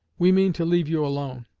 we mean to leave you alone,